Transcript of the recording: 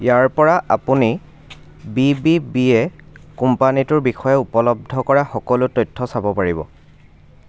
ইয়াৰপৰা আপুনি বি বি বিয়ে কোম্পানীটোৰ বিষয়ে উপলব্ধ কৰা সকলো তথ্য চাব পাৰিব